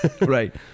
right